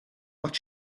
but